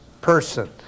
person